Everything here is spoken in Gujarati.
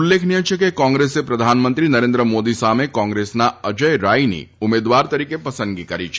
ઉલ્લેખનિથ છે કે કોંગ્રેસ પ્રધાનમંત્રી નરેન્દ્ર મોદી સામે કોંગ્રેસના અજય રાયની ઉમેદવાર તરીકે પસંદગી કરી છે